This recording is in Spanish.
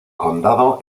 condado